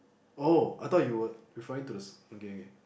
oh I thought you were referring to the s~ okay okay